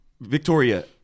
Victoria